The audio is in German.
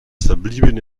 verbliebene